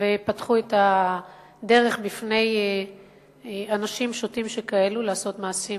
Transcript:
ופתחו את הדרך בפני אנשים שוטים שכאלה לעשות מעשים